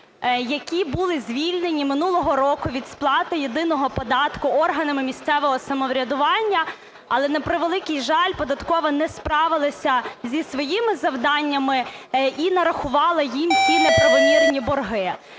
які були звільнені минулого року від сплати єдиного податку органами місцевого самоврядування. Але, на превеликий жаль, податкова не справилася зі своїми завданнями і нарахували їм ці неправомірні борги.